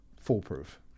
foolproof